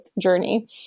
journey